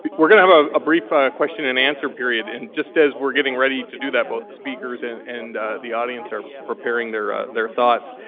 but we're going to have a ah brief question and answer period. and just as we're getting ready to do that, both the speakers and and the audience are preparing their their thoughts,